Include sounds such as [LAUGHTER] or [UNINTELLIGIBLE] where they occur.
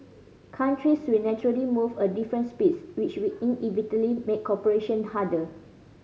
countries will naturally move a different speeds which will [UNINTELLIGIBLE] make cooperation harder